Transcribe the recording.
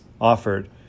offered